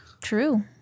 True